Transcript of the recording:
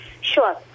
Sure